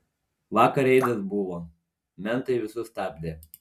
vakar reidas buvo mentai visus stabdė